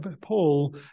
Paul